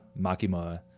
Makima